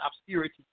obscurity